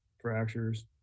fractures